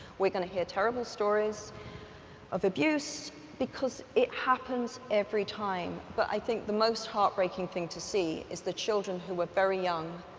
we're gonna hear terrible stories of abuse because it happens every time. but i think the most heartbreaking thing to see is the children who were very young.